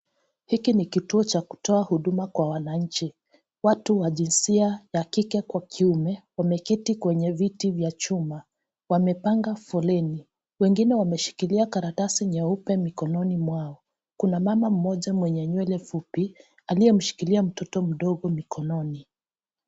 Hiki ni kituo cha kutoa huduma kwa wananchi. Watu wa jinsia ya kike kwa kiume, wameketi kwenye viti vya chuma. Wamepanga foleni. Wengine wameshikilia karatasi nyeupe mikononi mwao. Kuna mama mmoja mwenye nywele fupi, aliyemshikilia mtoto mdogo mikononi.